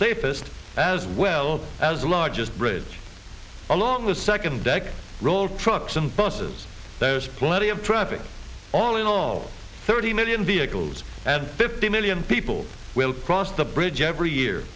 safest as well as the largest bridge along the second deck roll trucks and buses there's plenty of traffic all in all thirty million vehicles and fifty million people will cross the bridge every year